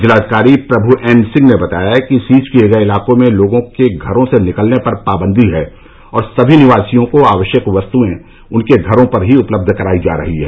जिलाधिकारी प्रभु एन सिंह ने बताया कि सीज किए गए इलाकों में लोगों के घरों से निकलने पर पाबंदी है और सभी निवासियों को आवश्यक वस्तुएं उनके घरों पर ही उपलब्ध करायी जा रही हैं